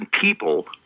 people